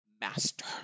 Master